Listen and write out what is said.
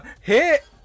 hit